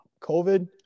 COVID